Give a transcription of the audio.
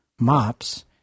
mops